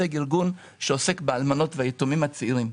ארגון שעוסק באלמנות וביתומים הצעירים.